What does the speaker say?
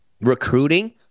Recruiting